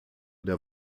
der